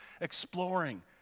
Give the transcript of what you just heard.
exploring